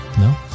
No